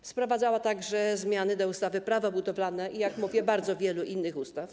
Wprowadzono także zmiany do ustawy - Prawo budowlane i, jak mówię, bardzo wielu innych ustaw.